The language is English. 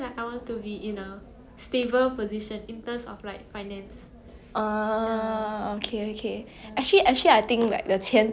actually actually I think like the 钱不能买幸福 right is a thing that 没有钱的人讲 cause right honestly